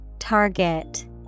target